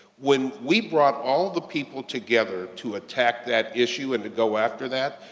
when we brought all the people together to attack that issue and to go after that,